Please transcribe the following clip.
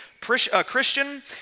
Christian